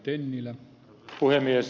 arvoisa puhemies